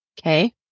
okay